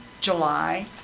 July